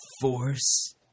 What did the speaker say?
Force